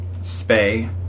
spay